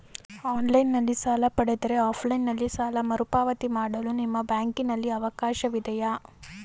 Online ನಲ್ಲಿ ಸಾಲ ಪಡೆದರೆ ಆಫ್ಲೈನ್ ನಲ್ಲಿ ಸಾಲ ಮರುಪಾವತಿ ಮಾಡಲು ನಿಮ್ಮ ಬ್ಯಾಂಕಿನಲ್ಲಿ ಅವಕಾಶವಿದೆಯಾ?